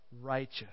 righteous